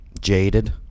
jaded